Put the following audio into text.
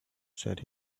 said